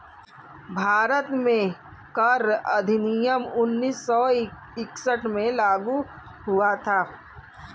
भारत में कर अधिनियम उन्नीस सौ इकसठ में लागू हुआ था